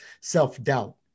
self-doubt